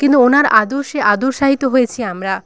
কিন্তু ওনার আদর্শে আদর্শায়িত হয়েছি আমরা